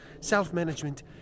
self-management